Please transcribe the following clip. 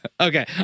Okay